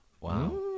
Wow